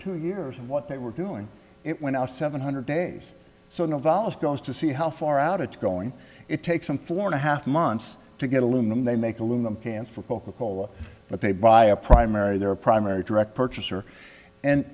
two years of what they were doing it went out seven hundred days so no valas goes to see how far out it's going it takes some four and a half months to get aluminum they make aluminum cans for coca cola but they buy a primary their primary direct purchaser and